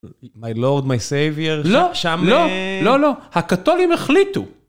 מיי לורד, מיי סייביאר. לא, לא, לא. הקתולים החליטו.